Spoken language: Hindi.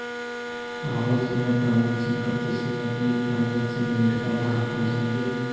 राहुल, तुम्हें ट्रांजेक्शन करते समय अपनी ट्रांजेक्शन लिमिट का ध्यान रखना चाहिए